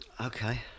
Okay